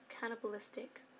cannibalistic